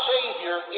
Savior